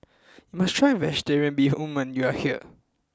you must try Vegetarian Bee Hoon when you are here